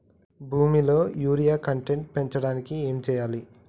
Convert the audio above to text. భూమిలో urea content పెంచడానికి ఏం చేయాలి?